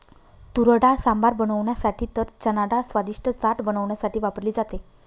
तुरडाळ सांबर बनवण्यासाठी तर चनाडाळ स्वादिष्ट चाट बनवण्यासाठी वापरली जाते